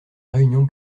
réunion